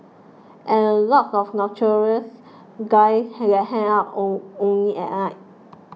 and a lot of nocturnals guys hang out only at